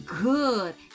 good